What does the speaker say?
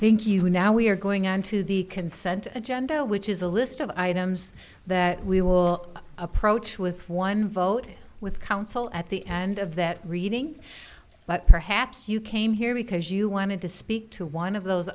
l thank you now we are going on to the consent agenda which is a list of items that we will approach with one vote with counsel at the end of that reading but perhaps you came here because you wanted to speak to one of those